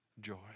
joy